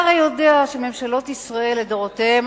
אתה הרי יודע שממשלות ישראל לדורותיהן,